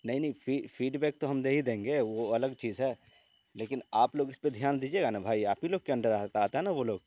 نہیں نہیں فیڈبیک تو ہم دے ہی دیں گے وہ الگ چیز ہے لیکن آپ لوگ اس پہ دھیان دیجیے گا نا بھائی آپ ہی لوگ کے انڈر آتا ہے نا وہ لوگ